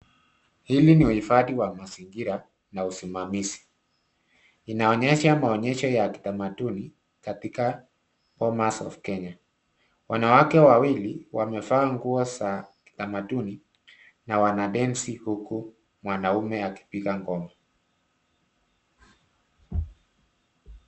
Hili ni uhifadhi wa mazingira na usimamizi. Inaonyesha maonyesho ya kitamaduni katika Bomas of Kenya. Wanawake wawili wamevaa nguo za kitamaduni na wanadensi huku mwanaume akipiga ngoma.